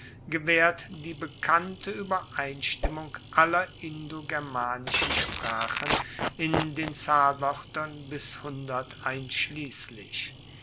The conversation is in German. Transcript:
gewaehrt die bekannte uebereinstimmung aller indogermanischen sprachen in den zahlwoertern bis